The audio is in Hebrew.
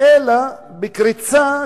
אלא בקריצה,